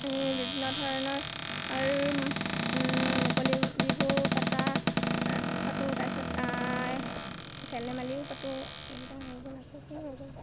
বিভিন্ন ধৰণৰ মুকলি বিহু পাতা পাতোঁ তাৰপিছত খেল ধেমালিও পাতোঁ এইকেইটা হৈ গ'ল আকৌ কি হৈ গ'ল